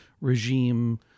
regime